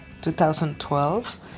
2012